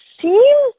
seems